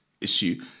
issue